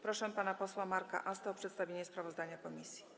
Proszę pana posła Marka Asta o przedstawienie sprawozdania komisji.